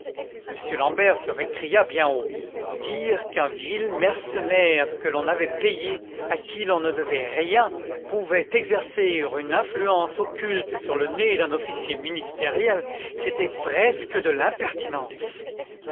m l'ambert se récria bien haut dire qu'un vil mercenaire que l'on avait payé à qui l'on ne devait rien pouvait exercer une influence occulte sur le nez d'un officier ministériel c'était presque de l'impertinence